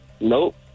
Nope